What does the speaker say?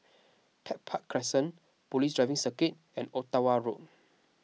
Tech Park Crescent Police Driving Circuit and Ottawa Road